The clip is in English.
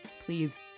please